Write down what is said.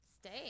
stay